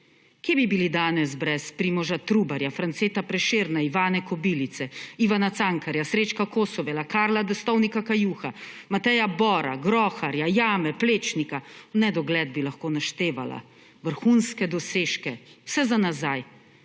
Kje bi bili danes brez Primoža Trubarja, Franceta Prešerna, Ivane Kobilice, Ivana Cankarja, Srečka Kosovela, Karla Destovnika Kajuha, Mateja Bora, Groharja, Jame, Plečnika? V nedogled bi lahko naštevala vrhunske dosežke vse za nazaj